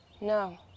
no